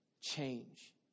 Change